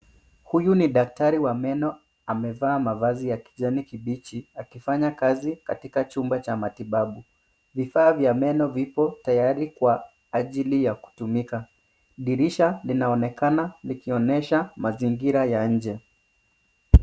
Huyu ni daktari wa meno amevaa mavazi ya kijani kibichi akifanya kazi katika chumba cha matibabu. Vifaa vya meno vipo tayari kwa ajili ya kutumika. Dirisha linaonekana likionyesha mazingira ya nje.